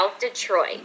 Detroit